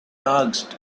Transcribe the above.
asked